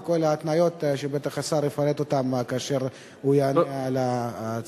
וכל ההתניות שבטח השר יפרט כאשר הוא יענה על ההצעה.